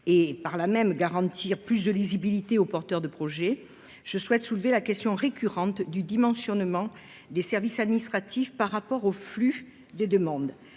et, par là même, de garantir davantage de lisibilité aux porteurs de projet, je souhaite soulever la question récurrente du dimensionnement des services administratifs par rapport au flux des demandes.